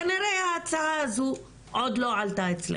כנראה ההצעה הזו עוד לא עלתה אצלכם.